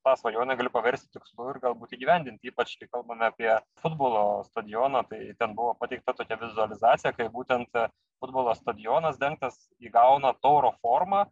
tą svajonę gali paversti tikslu ir galbūt įgyvendinti ypač kai kalbame apie futbolo stadioną tai ten buvo pateikta tokia vizualizacija kaip būtent futbolo stadionas dengtas įgauna tauro formą